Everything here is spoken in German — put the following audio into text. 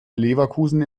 leverkusen